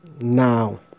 Now